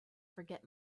forget